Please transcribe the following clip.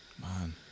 Man